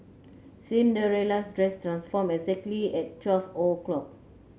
Cinderella's dress transformed exactly at twelve o'clock